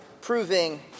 Proving